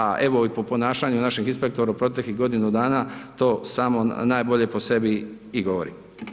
A evo i po ponašanju naših inspektora u proteklih godinu dana to samo najbolje po sebi i govori.